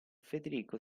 federico